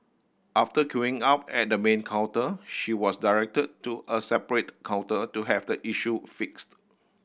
after queuing up at the main counter she was directed to a separate counter to have the issue fixed